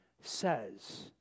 says